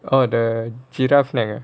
oh the giraffe flag